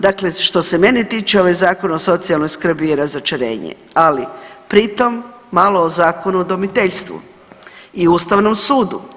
Dakle, što se mene tiče ovaj Zakon o socijalnoj skrbi je razočarenje, ali pritom malo o Zakonu o udomiteljstvu i Ustavnom sudu.